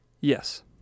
Yes